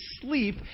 sleep